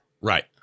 Right